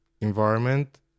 environment